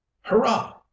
Hurrah